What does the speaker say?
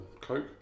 coke